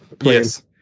Yes